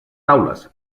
taules